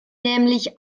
nämlich